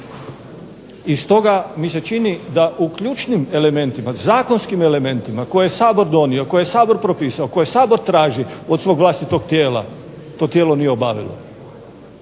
I stoga mi se čini da u ključnim elementima, zakonskim elementima koje je Sabor donio, koje je Sabor propisao, koje Sabor traži od svog vlastitog tijela to tijelo nije obavilo.